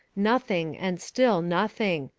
nothing and still nothing,